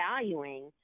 valuing